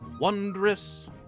wondrous